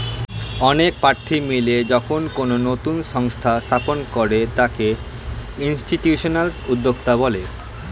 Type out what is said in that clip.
অনেক প্রার্থী মিলে যখন কোনো নতুন সংস্থা স্থাপন করে তাকে ইনস্টিটিউশনাল উদ্যোক্তা বলে